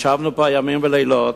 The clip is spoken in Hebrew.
ישבנו פה ימים ולילות,